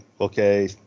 okay